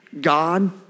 God